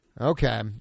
Okay